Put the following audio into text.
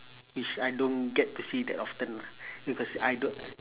which I don't get to see that often lah because I don't